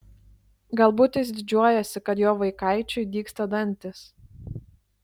galbūt jis didžiuojasi kad jo vaikaičiui dygsta dantys